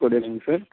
good evening sir